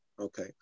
Okay